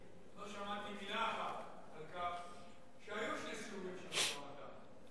לא שמעתי מלה אחת על כך שהיו שני סיבובים של משא-ומתן,